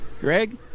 Greg